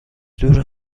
دور